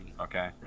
okay